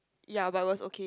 ya but it was okay